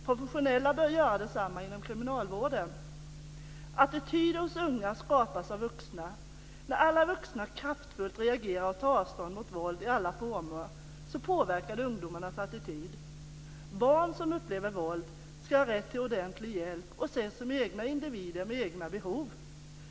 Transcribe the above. Professionella bör göra detsamma inom kriminalvården. Attityder hos unga skapas av vuxna. När alla vuxna kraftfullt reagerar och tar avstånd mot våld i alla former påverkas ungdomarnas attityd. Barn som upplever våld ska ha rätt till ordentlig hjälp och ses som egna individer med egna behov.